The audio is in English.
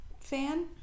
fan